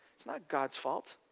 it's not god s fault,